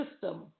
system